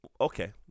Okay